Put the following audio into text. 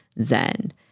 zen